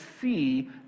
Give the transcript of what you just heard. see